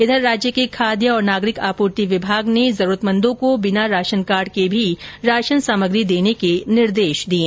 इधर राज्य के खाद्य एवं नागरिक आपूर्ति विभाग ने जरूरतमंदों को बिना राशनकार्ड के भी राशन सामग्री देने के निर्देश दिए है